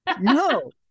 no